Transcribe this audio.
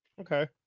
Okay